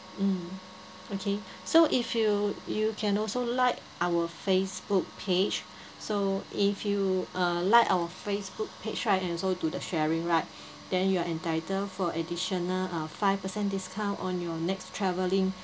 mm okay so if you you can also like our Facebook page so if you uh like our Facebook page right and also do the sharing right then you are entitled for additional uh five percent discount on your next travelling